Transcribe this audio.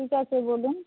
ঠিক আছে বলুন